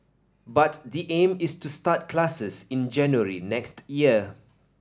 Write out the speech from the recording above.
but the aim is to start classes in January next year